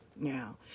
Now